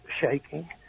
shaking